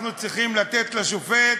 אנחנו צריכים לתת לשופט,